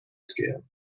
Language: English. scale